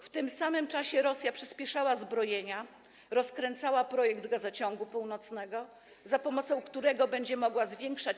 W tym samym czasie Rosja przyspieszała zbrojenia, rozkręcała projekt Gazociągu Północnego, za pomocą którego będzie mogła zwiększać.